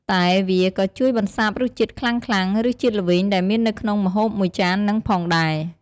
តែវាក៏ជួយបន្សាបរសជាតិខ្លាំងៗ ឬជាតិល្វីងដែលមាននៅក្នុងម្ហូបមួយចាននឹងផងដែរ។